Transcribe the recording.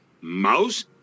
mouse